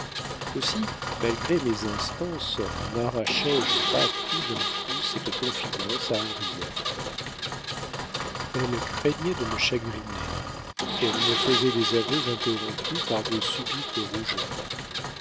aussi malgré mes instances narrachai je pas tout d'un coup cette confidence à henriette elle craignait de me chagriner elle me faisait des aveux interrompus par de subites rougeurs